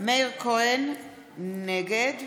נגד